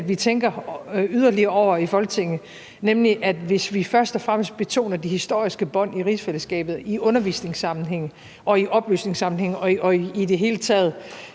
at vi tænker yderligere over i Folketinget, nemlig at hvis vi først og fremmest betoner de historiske bånd i rigsfællesskabet i undervisningsammenhænge og i oplysningssammenhænge og i det hele taget